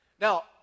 Now